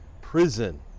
prison